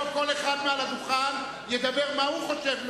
כל אחד מעל הדוכן יגיד מה הוא חושב,